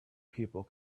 people